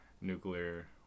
nuclear